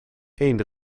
één